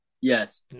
yes